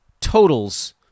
totals